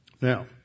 Now